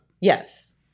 Yes